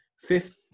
fifth